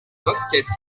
bosques